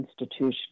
institution